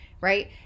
right